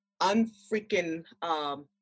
Unfreaking